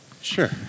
Sure